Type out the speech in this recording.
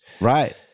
Right